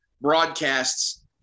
broadcasts